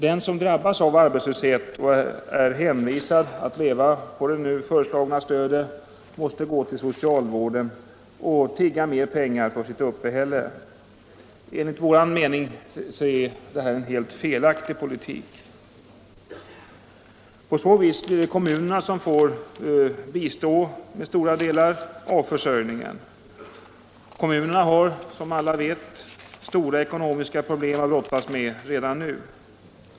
Den som drabbas av arbetslöshet och är hänvisad till att leva på det nu föreslagna stödet måste gå till socialvården och tigga mer pengar för sitt uppehälle. Enligt vår mening är detta en helt felaktig politik. På så vis blir det kommunerna som får bistå med stora delar av försörjningen. Kommunerna har — som vi alla vet — stora ekonomiska problem att brottas med redan nu.